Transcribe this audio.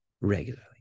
regularly